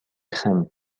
crème